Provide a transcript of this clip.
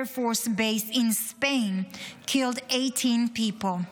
Force base in Spain killed 18 people,